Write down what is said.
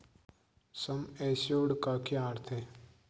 सम assured का क्या अर्थ है?